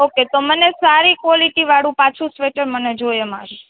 okay તો મને સારી ક્વોલીટી વાળું પાછું સ્વેટર મને જોઈએ મારે